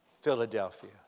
Philadelphia